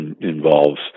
involves